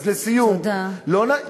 אז לסיום, תודה.